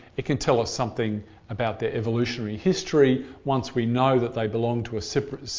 it can tell us something about their evolutionary history. once we know that they belong to a so